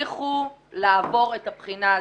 יצליחו לעבור את הבחינה הזאת.